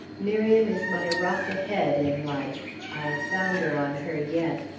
miriam is my rock ahead in life i'll founder on her yet.